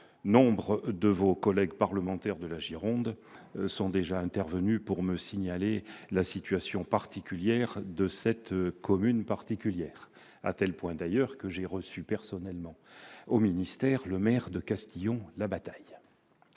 nombre de vos collègues parlementaires de la Gironde sont déjà intervenus pour me signaler la situation particulière de cette commune particulière ... J'ai d'ailleurs reçu personnellement le maire de Castillon-la-Bataille-